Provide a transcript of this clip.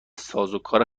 سازوکار